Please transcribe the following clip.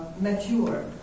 mature